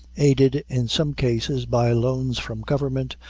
aided, in some cases, by loans from government,